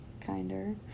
kinder